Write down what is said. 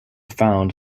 found